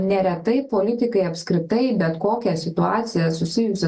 neretai politikai apskritai bet kokią situaciją susijusiusią